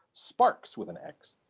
sparx! with an x.